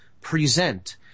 present